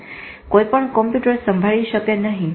કોઇપણ કમ્પ્યુટર સંભાળી શકે નહી